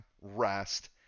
rest